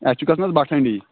اَسہِ چھِ گژھُن بَٹھنڈی